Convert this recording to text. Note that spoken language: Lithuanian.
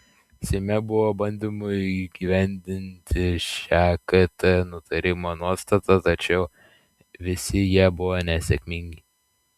seime buvo bandymų įgyvendinti šią kt nutarimo nuostatą tačiau visi jie buvo nesėkmingi